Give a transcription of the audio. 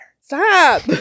Stop